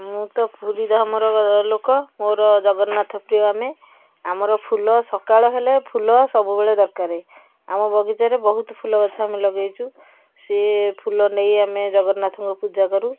ମୁଁ ତ ପୁରୀଧାମର ଲୋକ ମୋର ଜଗନ୍ନାଥ ପ୍ରିୟ ଆମେ ଆମର ଫୁଲ ସକାଳ ହେଲେ ଫୁଲ ସବୁବେଳେ ଦରକାର ଆମ ବଗିଚାରେ ବହୁତ ଫୁଲଗଛ ଆମେ ଲଗାଇଛୁ ସେ ଫୁଲ ନେଇ ଆମେ ଜଗନ୍ନାଥଙ୍କୁ ପୂଜା କରୁ